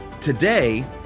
Today